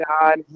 God